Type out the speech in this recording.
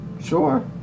Sure